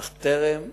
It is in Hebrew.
אדוני היושב-ראש,